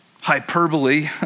hyperbole